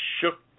shook